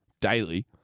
daily